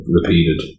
repeated